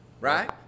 right